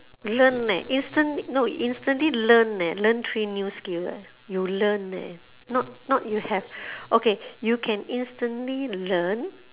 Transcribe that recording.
learn leh instantly no instantly learn leh learn three new skills eh you learn eh not not you have okay you can instantly learn